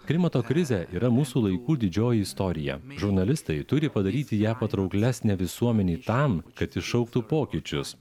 klimato krizė yra mūsų laikų didžioji istorija žurnalistai turi padaryti ją patrauklesnę visuomenei tam kad iššauktų pokyčius